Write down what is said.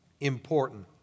important